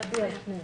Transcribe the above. מי נגד?